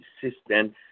consistent